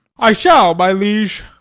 i shall, my liege.